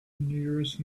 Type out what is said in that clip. nearest